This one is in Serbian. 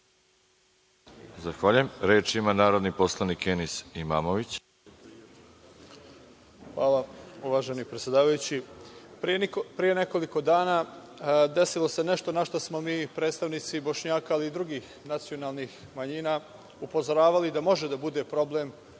Hvala. Reč ima narodni poslanik Enis Imamović. **Enis Imamović** Hvala uvaženi predsedavajući. Pre nekoliko dana desilo se nešto na šta smo, mi predstavnici Bošnjaka i drugih nacionalnih manjina, upozoravali da može da bude problem